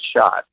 shot